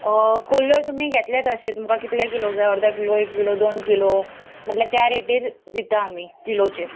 कुल्ल्यो तुमी घेतले अशें तुमकां कितले किलो जाय अर्द किलो एक किलो दोन किलो म्हटल्यार त्या रेटीर दिता आमी किलोचेर